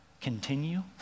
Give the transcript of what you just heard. continue